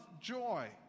joy